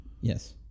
Yes